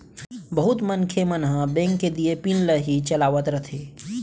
बहुत मनखे मन ह बेंक के दिये पिन ल ही चलावत रथें